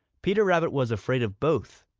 peter rabbit was afraid of both.